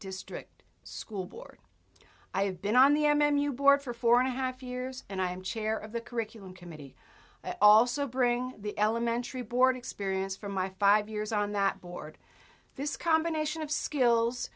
district school board i have been on the m m u board for four and a half years and i am chair of the curriculum committee also bring the elementary board experience from my five years on that board this combination of skills